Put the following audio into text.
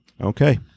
Okay